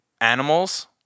animals